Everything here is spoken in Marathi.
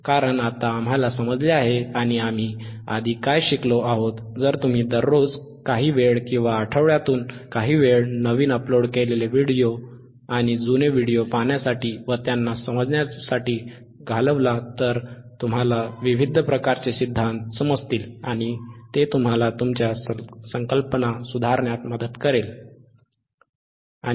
कारण आता आम्हाला समजले आहे आणि आम्ही आधी काय शिकलो आहोत जर तुम्ही दररोज काही वेळ किंवा आठवड्यातून काही वेळ नवीन अपलोड केलेले व्हिडिओ आणि जुने व्हिडिओ पाहण्यासाठी व त्यांना समजण्यासाठी घालवला तर तुम्हाला विविध प्रकारचे सिद्धांत समजतील आणि ते तुम्हाला तुमच्या संकल्पना सुधारण्यात मदत करेल